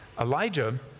Elijah